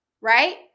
right